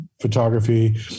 photography